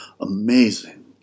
amazing